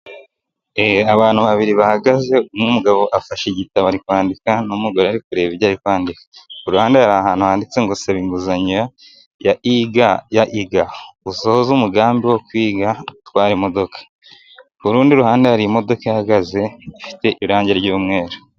Abantu babiri bahagaze n'umugabo afashe igitabo ari kwandika n'umugore arikureba ibyo arikwandika, ku ruhande hari ahantu handitse ngo saba inguzanyo ya iga usoze umugambi wo kwiga gutwara imodoka ku rundi ruhande hari imodoka ihagaze ifite irangi ry'umweru.